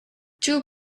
two